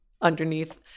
underneath